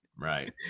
Right